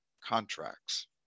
contracts